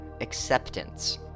acceptance